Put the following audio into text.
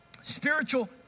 Spiritual